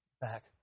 back